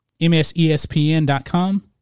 msespn.com